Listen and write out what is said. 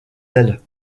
elle